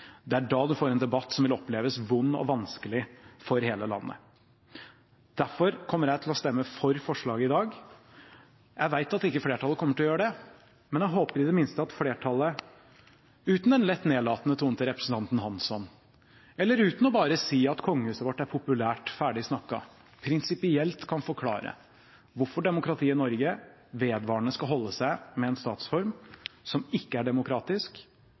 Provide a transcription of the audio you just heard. som vil oppleves som vond og vanskelig for hele landet. Derfor kommer jeg til å stemme for forslaget i dag. Jeg vet at flertallet ikke kommer til å gjøre det, men jeg håper i det minste at flertallet, uten den lett nedlatende tonen til representanten Hansson, og uten bare å si at kongehuset vårt er populært, ferdig snakka, prinsipielt kan forklare hvorfor demokratiet i Norge vedvarende skal holde seg med en statsform som ikke er demokratisk,